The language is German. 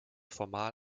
formal